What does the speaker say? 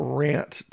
rant